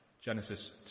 Genesis